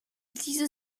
diese